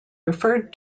referred